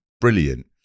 brilliant